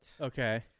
Okay